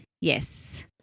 Yes